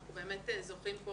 ואנחנו באמת זוכים פה